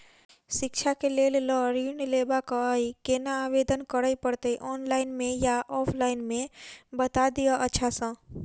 शिक्षा केँ लेल लऽ ऋण लेबाक अई केना आवेदन करै पड़तै ऑनलाइन मे या ऑफलाइन मे बता दिय अच्छा सऽ?